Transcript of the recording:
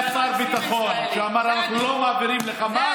אביגדור ליברמן היה שר הביטחון שאמר: אנחנו לא מעבירים לחמאס.